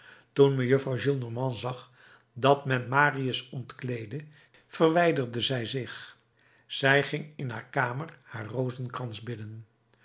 toen mejuffrouw gillenormand zag dat men marius ontkleedde verwijderde zij zich zij ging in haar kamer haar rozenkrans bidden